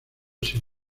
sin